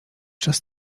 czas